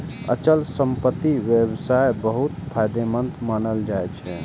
अचल संपत्तिक व्यवसाय बहुत फायदेमंद मानल जाइ छै